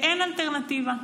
ואין אלטרנטיבה.